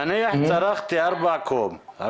נניח צרכתי 4 קוב,